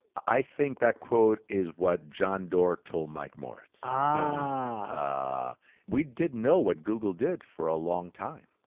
i think that quote is what john doerr told mike moritz. ah we didn't know what google did for a long time.